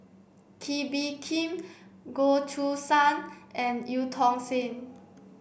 Kee Bee Khim Goh Choo San and Eu Tong Sen